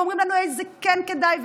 ואומרים לנו איזה כן כדאי,